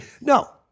No